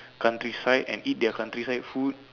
countryside and eat their countryside food